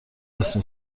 جسم